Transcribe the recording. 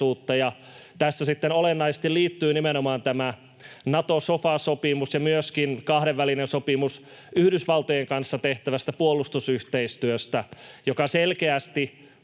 sitten olennaisesti liittyy nimenomaan tämä Nato-sofa-sopimus ja myöskin kahdenvälinen sopimus Yhdysvaltojen kanssa tehtävästä puolustusyhteistyöstä, mikä selkeästi